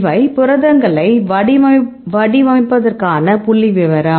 இவை புரதங்களை வடிவமைப்பதற்கான புள்ளிவிவரம்